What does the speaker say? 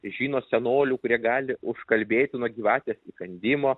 žino senolių kurie gali užkalbėti nuo gyvatės įkandimo